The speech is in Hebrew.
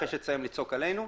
אחרי שתסיים לצעוק עלינו,